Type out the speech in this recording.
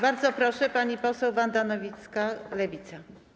Bardzo proszę, pani poseł Wanda Nowicka, Lewica.